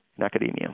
academia